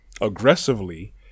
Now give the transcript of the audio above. aggressively